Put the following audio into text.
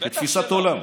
בתפיסת עולם.